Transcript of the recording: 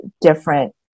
different